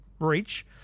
Reach